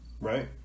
right